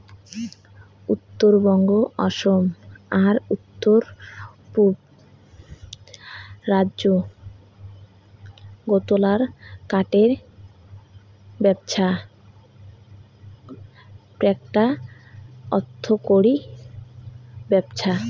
উত্তরবঙ্গ, অসম আর উত্তর পুব রাজ্য গুলাত কাঠের ব্যপছা এ্যাকটা অর্থকরী ব্যপছা